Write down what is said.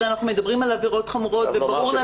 הרי אנחנו מדברים על עבירות חמורת וברור לנו